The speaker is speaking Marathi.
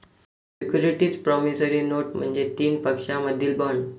सिक्युरिटीज प्रॉमिसरी नोट म्हणजे तीन पक्षांमधील बॉण्ड